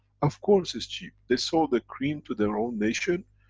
of course it's cheap, they sold the cream to their own nation,